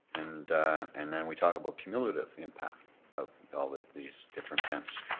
and and then we talk about cumulative impact of all these these different tents,